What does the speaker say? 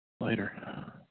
Later